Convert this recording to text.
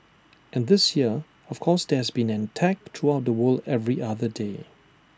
and this year of course there has been an attack throughout the world every other day